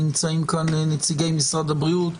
נמצאים כאן נציגי משרד הבריאות,